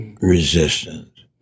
resistance